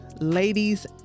ladies